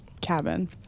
cabin